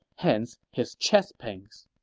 hence his chest pains.